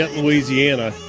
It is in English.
louisiana